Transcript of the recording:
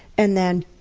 and then,